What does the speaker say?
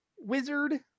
wizard